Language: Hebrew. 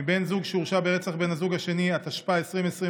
מבן זוג שהורשע ברצח בן הזוג השני), התשפ"א 2021,